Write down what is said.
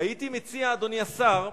הייתי מציע, אדוני השר,